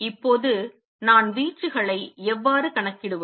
இப்போது நான் வீச்சுகளை எவ்வாறு கணக்கிடுவது